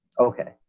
okay,